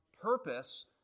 purpose